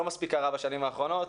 זה לא מספיק קרה בשנים האחרונות.